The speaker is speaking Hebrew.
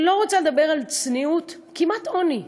לא רוצה לדבר על צניעות, כמעט עוני.